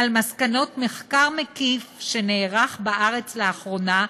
על מסקנות מחקר מקיף שנערך בארץ לאחרונה,